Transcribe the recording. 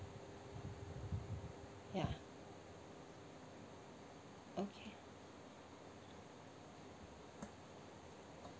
ya okay